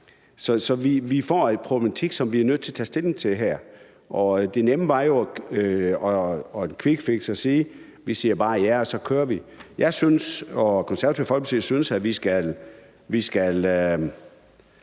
Så vi får en problematik, vi er nødt til at tage stilling til. Det nemme ville jo være med et quickfix at sige, at vi bare siger ja, og så kører vi. Jeg og Det Konservative Folkeparti synes, at vi skal